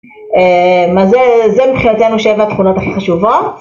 זה מבחינתנו שבע תכונות הכי חשובות